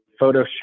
photoshop